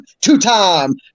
two-time